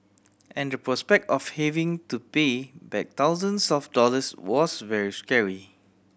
and the prospect of having to pay back thousands of dollars was very scary